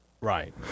right